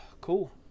cool